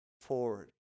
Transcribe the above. forward